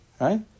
Right